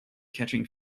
catching